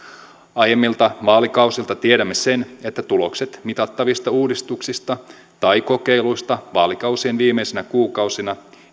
aiemmilta vaalikausilta tiedämme sen että tulokset mitattavista uudistuksista tai kokeiluista vaalikausien viimeisinä kuukausina